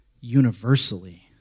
universally